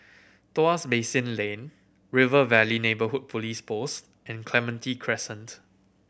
Tuas Basin Lane River Valley Neighbourhood Police Post and Clementi Crescent